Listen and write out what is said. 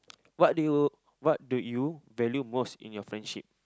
what do you what do you value most in your friendship